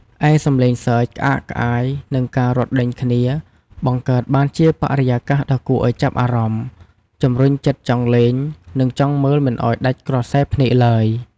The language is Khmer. ឯ សំឡេងសើច ក្អាកក្អាយ និងការរត់ដេញគ្នា បង្កើតបានជាបរិយាកាសដ៏គួរឱ្យចាប់អារម្មណ៍ ជំរុញចិត្តចង់លេងនិងចង់មើលមិនឱ្យដាច់ក្រសែភ្នែកទ្បើយ។